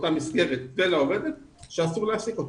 מסגרת לגבי אותה עובדת שאסור להעסיק אותה.